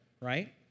right